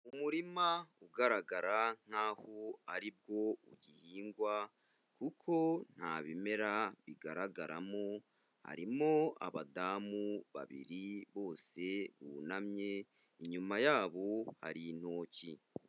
Umuririma ugaragara nkaho aribwo uhingwa kuko nta bimera bigaragaramo, harimo abadamu babiri bose bunamye inyuma yabo hari intoki.